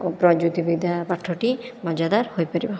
ଓ ପ୍ରଯୁକ୍ତି ବିଦ୍ୟା ପାଠଟି ମଜାଦାର ହୋଇପାରିବ